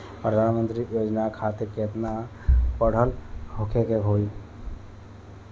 प्रधानमंत्री योजना खातिर केतना पढ़ल होखे के होई?